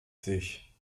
sich